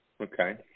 Okay